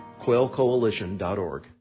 quailcoalition.org